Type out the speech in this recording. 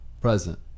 Present